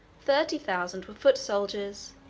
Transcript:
thirty thousand were foot soldiers,